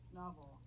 novel